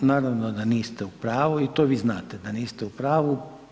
Da, naravno da niste u pravu i to vi znate da niste u pravu.